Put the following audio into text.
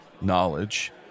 knowledge